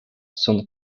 soon